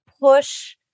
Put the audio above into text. push